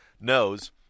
Knows